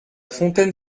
fontaine